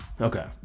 okay